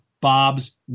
Bob's